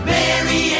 Mary